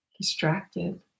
distracted